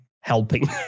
helping